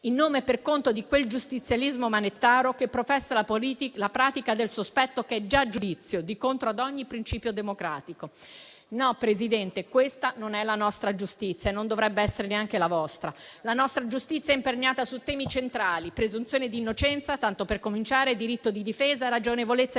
in nome e per conto di quel giustizialismo manettaro, che professa la pratica del sospetto che è già giudizio, contro ogni principio democratico. No, Presidente, questa non è la nostra giustizia e non dovrebbe essere neanche la vostra. La nostra giustizia è imperniata su temi centrali: presunzione d'innocenza, tanto per cominciare, diritto di difesa, ragionevolezza e